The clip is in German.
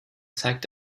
zeigt